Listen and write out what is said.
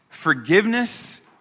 Forgiveness